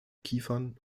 kiefern